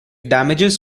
damages